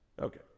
Okay